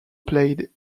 played